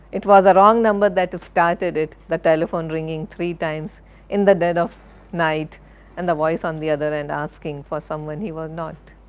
it was a wrong number that started it, the telephone ringing three times in the dead of night and the voice on the other hand asking for someone he was not.